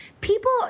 people